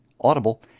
Audible